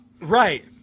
right